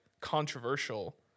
controversial